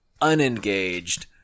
unengaged